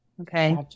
okay